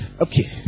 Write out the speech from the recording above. Okay